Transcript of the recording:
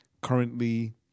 currently